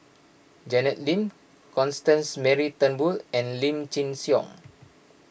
Janet Lim Constance Mary Turnbull and Lim Chin Siong